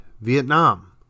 Vietnam